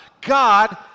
God